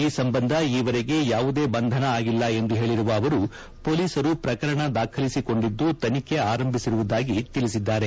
ಈ ಸಂಬಂಧ ಈ ವರೆಗೆ ಯಾವುದೇ ಬಂಧನ ಆಗಿಲ್ಲ ಎಂದು ತಿಳಿಸಿರುವ ಅವರು ಪೊಲೀಸರು ಪ್ರಕರಣ ದಾಖಲಿಸಿಕೊಂಡಿದ್ದು ತನಿಖೆ ಆರಂಭಿಸಿರುವುದಾಗಿ ಹೇಳಿದ್ದಾರೆ